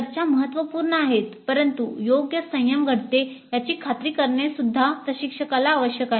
चर्चा महत्त्वपूर्ण आहेत परंतु योग्य संयम घडते याची खात्री करणेसुद्धा प्रशिक्षकाला आवश्यक आहे